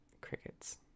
crickets